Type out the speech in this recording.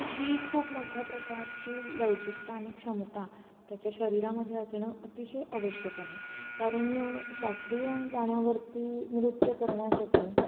आणि ही खूप मोठ्या प्रकारची लवचिकता आणि क्षमता त्याच्या शरीरामध्ये असणं अतिशय आवश्यक आहे कारण शास्त्रीय गाण्यावरती नृत्य करण्यासाठी